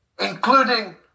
including